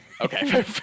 Okay